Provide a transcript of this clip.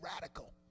radical